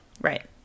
Right